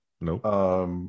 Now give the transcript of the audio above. Nope